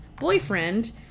boyfriend